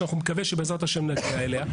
ואני מקווה שבעזרת השם נגיע אליה,